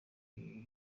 ibi